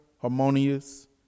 harmonious